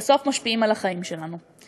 בסוף משפיעים על החיים שלנו.